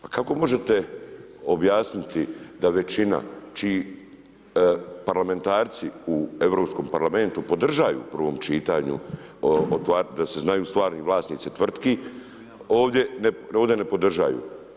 Pa kako možete objasniti da većina čiji parlamentarci u Europskom parlamentu podržaju u prvom čitanju, da se znaju stvarni vlasnici tvrtki, ovdje ne podržaju.